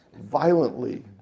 violently